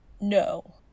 No